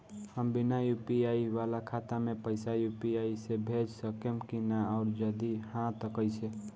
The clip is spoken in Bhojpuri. हम बिना यू.पी.आई वाला खाता मे पैसा यू.पी.आई से भेज सकेम की ना और जदि हाँ त कईसे?